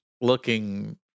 looking